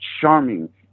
charming